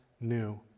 new